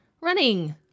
Running